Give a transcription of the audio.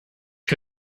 que